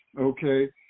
Okay